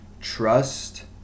trust